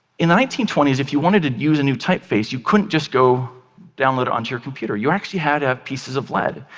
in the nineteen twenty s, if you wanted to use a new typeface, you couldn't just go download it onto your computer. you actually had to have pieces of lead.